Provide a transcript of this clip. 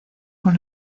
con